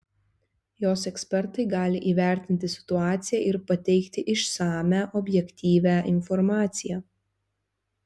jos ekspertai gali įvertinti situaciją ir pateikti išsamią objektyvią informaciją